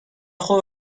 خوبه